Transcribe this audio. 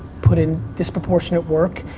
put in disproportionate work,